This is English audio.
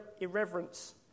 irreverence